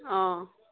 অঁ